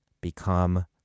Become